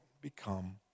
become